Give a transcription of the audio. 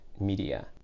media